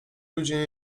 ludzie